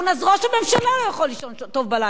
אז ראש הממשלה לא יכול לישון טוב בלילה,